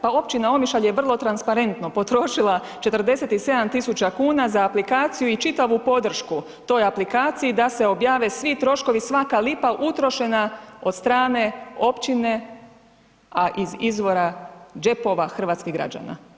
Pa općina Omišalj je vrlo transparentno potrošila 47.000,00 kn za aplikaciju i čitavu podršku toj aplikaciji da se objave svi troškovi, svaka lipa utrošena od strane općine, a iz izvora džepova hrvatskih građana.